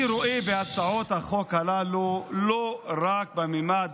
אני רואה בהצעות החוק הללו לא רק ממד